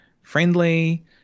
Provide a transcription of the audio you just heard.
friendly